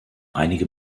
einige